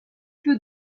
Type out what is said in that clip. peu